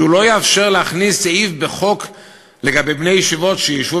שהוא לא יאפשר להכניס בחוק לגבי בני-ישיבות שישבו